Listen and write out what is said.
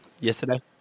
yesterday